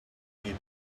need